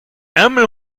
ärmel